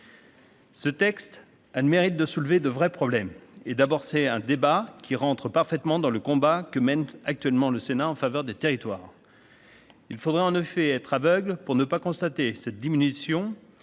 Ce texte a le mérite de soulever de vrais problèmes et d'amorcer un débat qui entre parfaitement dans le cadre du combat actuellement mené par le Sénat en faveur des territoires. Il faudrait, en effet, être aveugle pour ne pas constater cette diminution